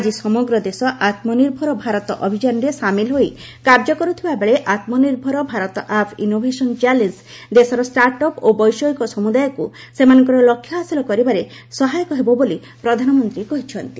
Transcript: ଆଜି ସମଗ୍ର ଦେଶ ଆତ୍ମନିର୍ଭର ଭାରତ ଅଭିଯାନରେ ସାମିଲ ହୋଇ କାର୍ଯ୍ୟ କରୁଥିବାବେଳେ Atmanirbhar Bharat app innovation challenge ଦେଶର ଷ୍ଟାର୍ଟଅପ୍ ଓ ବୈଷୟିକ ସମୁଦାୟକୁ ସେମାନଙ୍କର ଲକ୍ଷ୍ୟ ହାସଲ କରିବାରେ ସହାୟକ ହେବ ବୋଲି ପ୍ରଧାନମନ୍ତ୍ରୀ କହିଛନ୍ତି